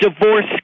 divorce